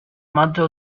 maggio